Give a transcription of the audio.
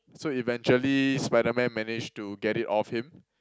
so eventually Spiderman managed to get it off him